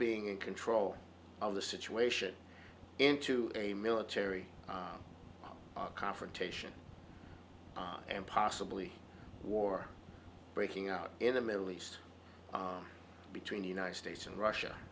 being in control of the situation into a military confrontation and possibly war breaking out in the middle east between the united states and russia